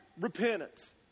repentance